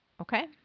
Okay